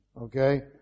okay